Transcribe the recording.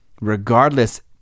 regardless